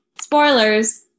Spoilers